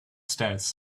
stairs